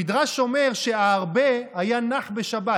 המדרש אומר שהארבה היה נח בשבת,